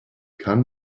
kann